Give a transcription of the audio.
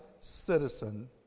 citizen